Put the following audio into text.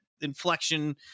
inflection